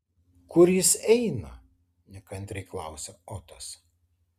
kur jis eina nekantriai klausia otas